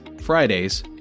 Fridays